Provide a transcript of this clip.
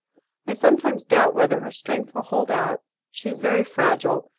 i sometimes doubt whether her strength will hold out she is very fragile,